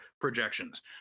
projections